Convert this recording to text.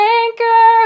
anchor